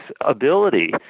ability –